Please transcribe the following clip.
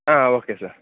ಹಾಂ okay sir